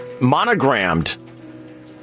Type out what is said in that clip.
monogrammed